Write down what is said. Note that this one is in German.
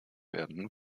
werden